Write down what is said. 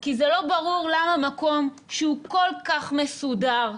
כי זה לא ברור למה מקום שהוא כל כך מסודר,